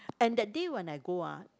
and that day when I go ah